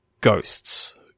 ghosts